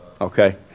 Okay